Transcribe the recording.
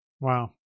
Wow